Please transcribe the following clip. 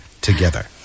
together